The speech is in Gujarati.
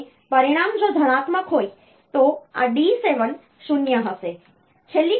અને પરિણામ જો ધનાત્મક હોય તો આ D7 0 હશે